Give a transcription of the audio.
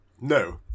No